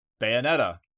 Bayonetta